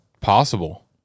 possible